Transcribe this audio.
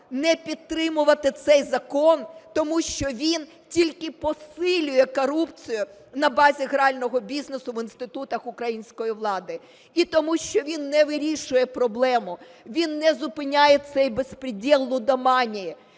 не підтримувати цей закон, тому що він тільки посилює корупцію на базі грального бізнесу в інститутах української влади і тому що він не вирішує проблему, він не зупиняє цей безпредєл лудоманії,